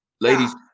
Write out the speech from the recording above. Ladies